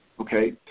okay